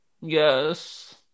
yes